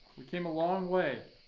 we came a long way.